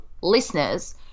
listeners